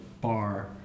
bar